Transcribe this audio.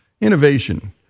innovation